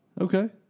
Okay